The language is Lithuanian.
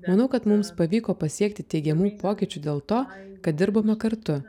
manau kad mums pavyko pasiekti teigiamų pokyčių dėl to kad dirbome kartu